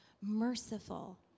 merciful